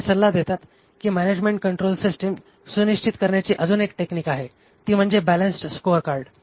ते सल्ला देतात की मॅनेजमेंट कंट्रोल सिस्टिम सुनिश्चित करण्याची अजून एक टेक्निक आहे टी म्हणजे बॅलन्सड स्कोअरकार्ड